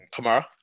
Kamara